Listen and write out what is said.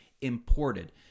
imported